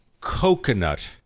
coconut